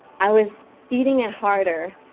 i was beating it harder,